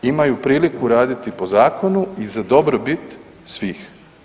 Imaju priliku raditi po zakonu i za dobrobit svih.